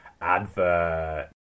advert